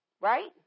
Right